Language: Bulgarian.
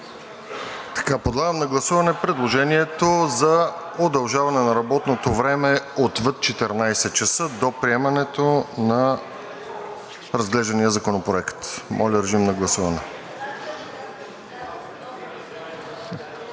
Подлагам на гласуване предложението за удължаване на работното време отвъд 14,00 ч. до приемането на разглеждания законопроект. Гласували